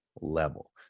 level